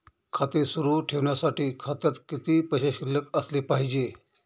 खाते सुरु ठेवण्यासाठी खात्यात किती पैसे शिल्लक असले पाहिजे?